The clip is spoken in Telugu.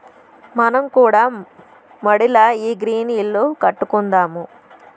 మనం కూడా మడిల ఈ గ్రీన్ ఇల్లు కట్టుకుందాము